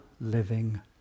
living